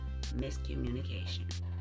miscommunication